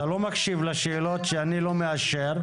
אתה לא מקשיב לשאלות שאני לא מאשר.